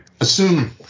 assume